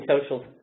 Social